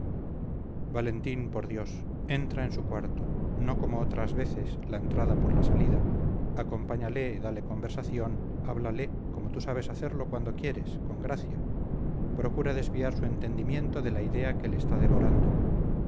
valentín por dios entra en su cuarto no como otras veces la entrada por la salida acompáñale dale conversación háblale como tú sabes hacerlo cuando quieres con gracia procura desviar su entendimiento de la idea que le está devorando